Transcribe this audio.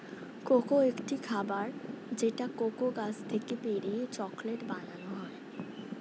cocoa একটি খাবার যেটা কোকো গাছ থেকে পেড়ে চকলেট বানানো হয়